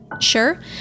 Sure